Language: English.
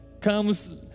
comes